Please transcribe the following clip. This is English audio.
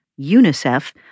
UNICEF